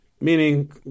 meaning